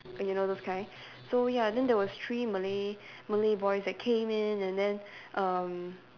you know those kind so ya then there was three Malay Malay boys that came in and then um